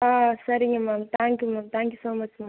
சரிங்க ma'am thank you ma'am thank you so much ma'am